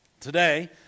Today